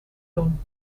doen